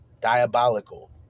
diabolical